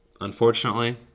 unfortunately